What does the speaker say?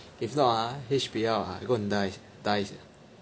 if not ah H_B_L ah we're going to die die sia